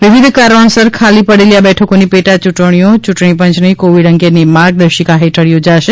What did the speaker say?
વિવિધ કારણોસર ખાલી પડેલી આ બેઠકોની પેટા ચૂંટણીઓ યૂંટણી પંચની કોવિડ અંગેની માર્ગદર્શિકા હેઠળ યોજાશે